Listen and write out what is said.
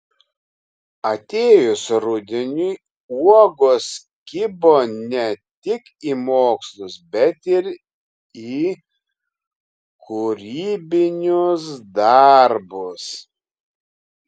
atėjus rudeniui uogos kibo ne tik į mokslus bet ir į kūrybinius darbus